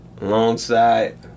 alongside